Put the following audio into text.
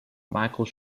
michael